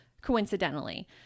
coincidentally